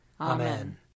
Amen